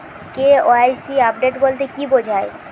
KYC update বলতে কি বোঝায়?